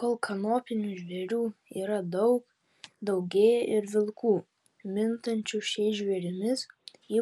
kol kanopinių žvėrių yra daug daugėja ir vilkų mintančių šiais žvėrimis